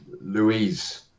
Louise